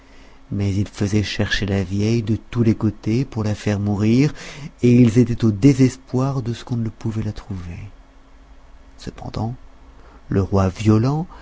mais ils faisaient chercher la vieille de tous les côtés pour la faire mourir et ils étaient au désespoir de ce qu'on ne pouvait la trouver cependant le roi violent